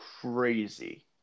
crazy